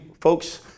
Folks